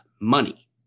money